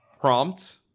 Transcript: prompt